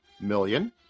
million